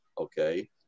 okay